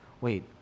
wait